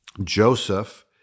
Joseph